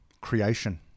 Creation